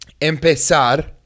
empezar